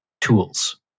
tools